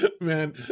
Man